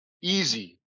Easy